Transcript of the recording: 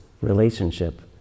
relationship